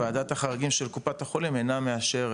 וועדת החריגים של קופת החולים אינה מאשרת